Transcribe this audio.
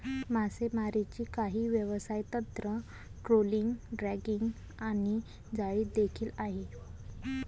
मासेमारीची काही व्यवसाय तंत्र, ट्रोलिंग, ड्रॅगिंग आणि जाळी देखील आहे